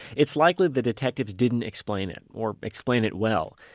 it's likely the detectives didn't explain it, or explain it well,